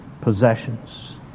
possessions